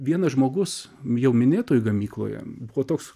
vienas žmogus jau minėtoj gamykloje buvo toks